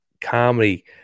comedy